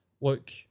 look